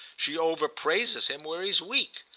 she overpraises him where he's weak.